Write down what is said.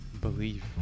believe